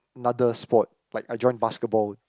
another sport like I join basketball